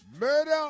murder